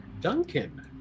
Duncan